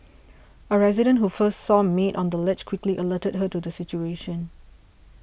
a resident who first saw maid on the ledge quickly alerted her to the situation